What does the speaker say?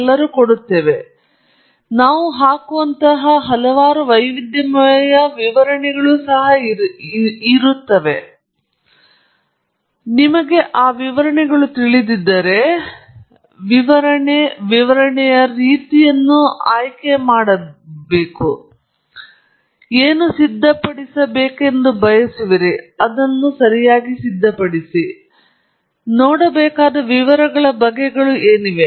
ನಾನು ತೋರಿಸುವುದಾದರೆ ನಾವು ಹಾಕುವಂತಹ ಹಲವಾರು ವೈವಿಧ್ಯಮಯ ವಿವರಣೆಗಳು ಇವೆ ನಾವು ಇರಿಸಿದ್ದೇವೆ ಮತ್ತು ಅದರ ಬಗ್ಗೆ ನಿಮಗೆ ತಿಳಿದಿದ್ದರೆ ನೀವು ವಿವರಣೆ ರೀತಿಯ ವಿವರಣೆಯನ್ನು ಆಯ್ಕೆ ಮಾಡಬಹುದು ನೀವು ಸಿದ್ಧಪಡಿಸಬೇಕೆಂದು ಬಯಸುವಿರಿ ಮತ್ತು ನೀವು ನೋಡಬೇಕಾದ ವಿವರಗಳ ಬಗೆಗಳು ಯಾವುವು